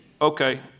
Okay